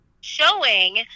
Showing